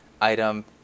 item